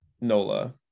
NOLA